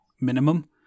minimum